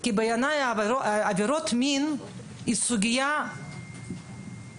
כי בעיניי עבירות מין היא סוגיה נפרדת